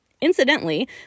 Incidentally